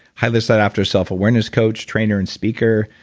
highly sought after self-awareness coach, training and speaker.